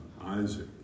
Isaac